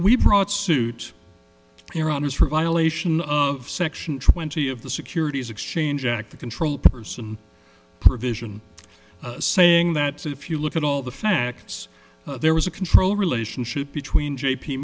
we brought suit here on his for violation of section twenty of the securities exchange act the control person provision saying that if you look at all the facts there was a control relationship between j p